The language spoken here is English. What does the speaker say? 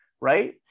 Right